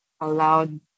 allowed